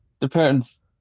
depends